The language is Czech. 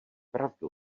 pravdu